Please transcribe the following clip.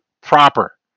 proper